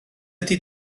ydy